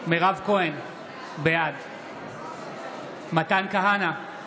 מירב כהן, בעד מתן כהנא,